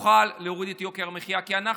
נוכל להוריד את יוקר המחיה, כי אנחנו,